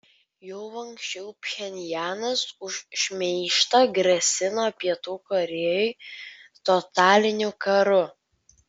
jau anksčiau pchenjanas už šmeižtą grasino pietų korėjai totaliniu karu